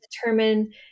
determine